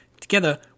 together